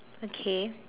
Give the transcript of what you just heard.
okay